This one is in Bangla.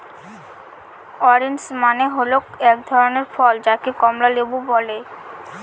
অরেঞ্জ মানে হল এক ধরনের ফল যাকে কমলা লেবু বলে